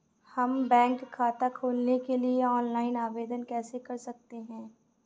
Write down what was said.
हम बैंक खाता खोलने के लिए ऑनलाइन आवेदन कैसे कर सकते हैं?